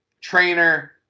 trainer